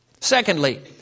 Secondly